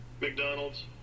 McDonald's